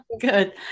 good